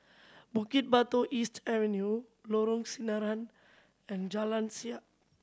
Bukit Batok East Avenue Lorong Sinaran and Jalan Siap